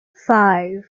five